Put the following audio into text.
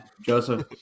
Joseph